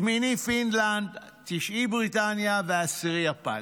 שמיני פינלנד, תשיעי בריטניה ועשירי יפן.